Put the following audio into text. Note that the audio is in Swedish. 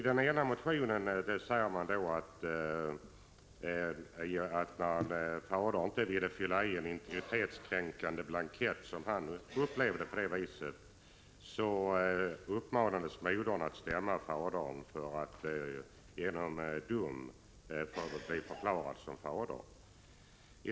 Den ena motionen beskriver ett fall där fadern inte ville fylla i en enligt hans åsikt integritetskränkande blankett. Modern uppmanades då att stämma fadern för att genom dom få honom förklarad som fader.